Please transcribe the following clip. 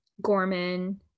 Gorman